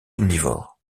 omnivore